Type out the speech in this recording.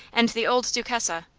and the old duchessa.